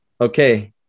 Okay